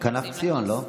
כנף ציון, לא?